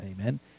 amen